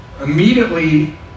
Immediately